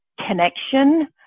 connection